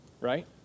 right